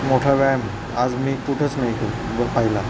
मोठा व्यायाम आज मी कुठंच नाही ब पाहिला